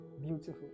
Beautiful